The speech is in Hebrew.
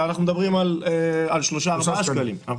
ואנחנו מדברים על 3 4 שקלים.